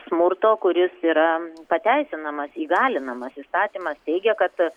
smurto kuris yra pateisinamas įgalinamas įstatymas teigia kad